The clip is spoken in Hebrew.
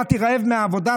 באתי רעב מהעבודה,